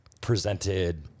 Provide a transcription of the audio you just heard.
presented